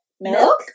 milk